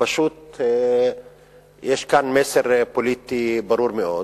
פשוט יש כאן מסר פוליטי ברור מאוד,